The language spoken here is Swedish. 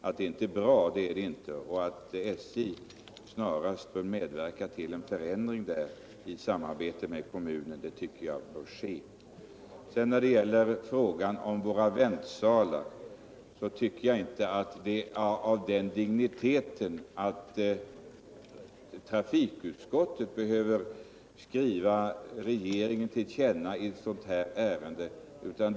Förhållandena där är inte bra, och SJ bör snarast medverka till en förändring i samarbete med kommunen. Frågan om våra väntsalar tycker jag inte har den digniteten att trafikutskottet behöver föreslå riksdagen ett tillkännagivande för regeringen.